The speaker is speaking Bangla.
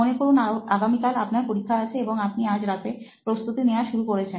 মনে করুন আগামীকাল আপনার পরীক্ষা আছে এবং আপনি আজ রাতে প্রস্তুতি নেওয়া শুরু করেছেন